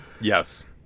Yes